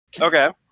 Okay